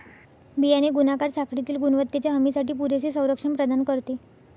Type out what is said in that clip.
बियाणे गुणाकार साखळीतील गुणवत्तेच्या हमीसाठी पुरेसे संरक्षण प्रदान करते